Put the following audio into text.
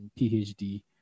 PhD